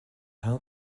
how